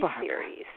series